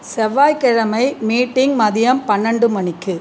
செவ்வாய்கிழமை மீட்டிங் மதியம் பன்னெண்டு மணிக்கு